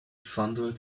fondled